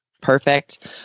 Perfect